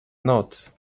not